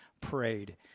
prayed